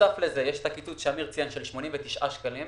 נוסף לזה יש את הקיצוץ שאמיר ציין של 89 מיליון שקלים.